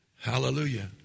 Hallelujah